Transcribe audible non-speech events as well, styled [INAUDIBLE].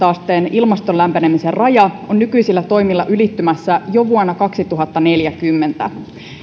[UNINTELLIGIBLE] asteen ilmaston lämpenemisen raja on nykyisillä toimilla ylittymässä jo vuonna kaksituhattaneljäkymmentä